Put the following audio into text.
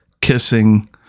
kissing